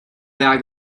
bag